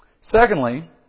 Secondly